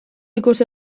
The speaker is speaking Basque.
ikusi